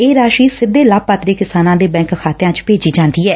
ਇਹ ਰਾਸ਼ੀ ਸਿੱਧੇ ਲਾਭਪਾਤਰੀ ਕਿਸਾਨਾਂ ਦੇ ਬੈਂਕ ਖਾਤਿਆਂ ਚ ਭੇਜੀ ਜਾਂਦੀ ਐ